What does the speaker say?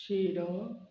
शिरो